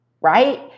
right